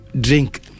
drink